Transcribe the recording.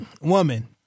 woman